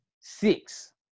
six